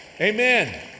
Amen